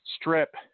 strip